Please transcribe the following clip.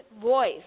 voice